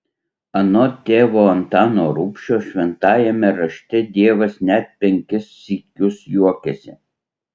anot tėvo antano rubšio šventajame rašte dievas net penkis sykius juokiasi